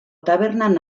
tabernan